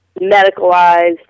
medicalized